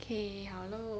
okay 好咯